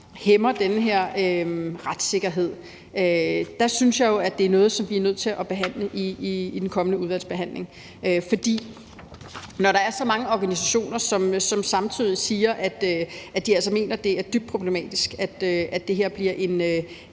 hæmmer den her retssikkerhed, vil jeg sige, at jeg synes, at det er noget, som vi er nødt til at tage op i den kommende udvalgsbehandling. For når der er så mange organisationer, som samtidig siger, at de altså mener, det er dybt problematisk, at det her bliver en